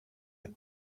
had